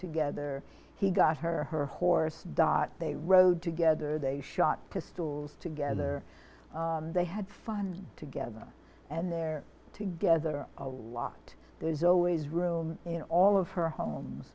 together he got her her horse dot they rode together they shot to stores together they had fun together and they're together a lot there's always room in all of her homes